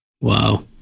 Wow